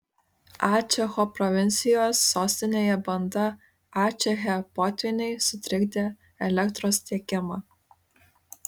ačecho provincijos sostinėje banda ačeche potvyniai sutrikdė elektros tiekimą